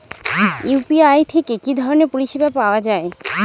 UPI থেকে কি ধরণের পরিষেবা পাওয়া য়ায়?